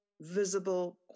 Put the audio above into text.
visible